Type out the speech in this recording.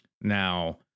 Now